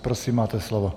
Prosím máte slovo.